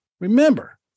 Remember